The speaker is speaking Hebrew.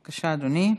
בבקשה, אדוני.